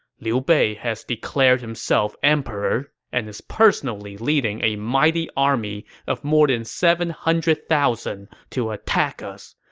liu bei has declared himself emperor and is personally leading a mighty army of more than seven hundred thousand to attack us.